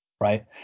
Right